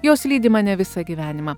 jos lydi mane visą gyvenimą